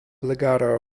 legato